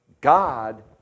God